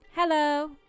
Hello